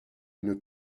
une